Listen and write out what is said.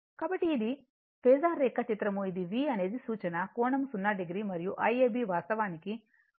కాబట్టి ఇది ఫేసర్ రేఖాచిత్రం ఇది V అనేది సూచన కోణం 0 o మరియు Iab వాస్తవానికి వోల్టేజ్ కంటే 10